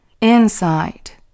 insight